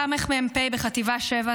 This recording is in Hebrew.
סמ"פ בחטיבה 7,